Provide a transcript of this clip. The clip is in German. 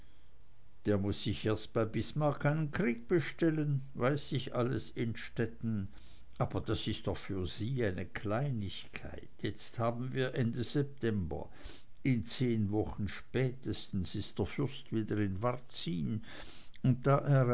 der muß sich erst bei bismarck einen krieg bestellen weiß ich alles innstetten aber das ist doch für sie eine kleinigkeit jetzt haben wir ende september in zehn wochen spätestens ist der fürst wieder in varzin und da